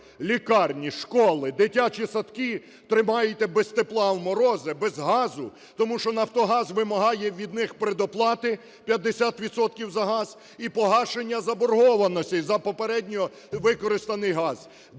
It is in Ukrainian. лікарні, школи, дитячі садки тримаєте без тепла в морози, без газу, тому що "Нафтогаз" вимагає від них передоплати 50 відсотків за газ і погашення заборгованості за попередньо використаний газ.